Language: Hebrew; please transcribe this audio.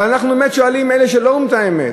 אבל אנחנו באמת שואלים את אלה שלא אומרים את האמת,